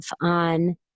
on